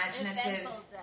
imaginative